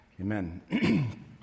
Amen